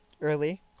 Early